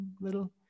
little